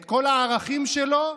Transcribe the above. את כל הערכים שלו,